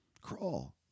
crawl